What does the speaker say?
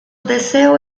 deseo